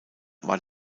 war